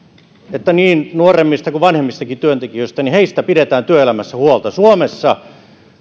että niin nuoremmista kuin vanhemmistakin työntekijöistä pidetään työelämässä huolta suomessa